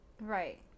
Right